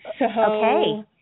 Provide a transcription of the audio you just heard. Okay